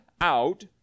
out